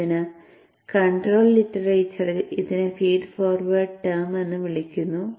അതിനാൽ കണ്ട്രോൾ ലിറ്ററേച്ചറിൽ ഇതിനെ ഫീഡ് ഫോർവേഡ് ടേം എന്ന് വിളിക്കുന്നു